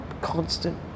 constant